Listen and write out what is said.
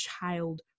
child